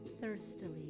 thirstily